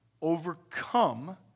overcome